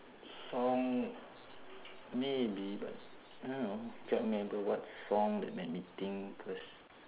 song maybe but I don't know can't remember what song that make me think first